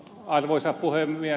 arvoisa puhemies